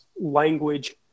language